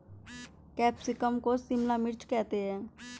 capsicum को शिमला मिर्च करते हैं